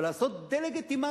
אבל לעשות דה-לגיטימציה?